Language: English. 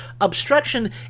obstruction